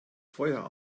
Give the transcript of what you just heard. feuer